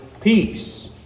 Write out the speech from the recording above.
peace